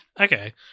okay